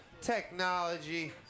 Technology